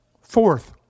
Fourth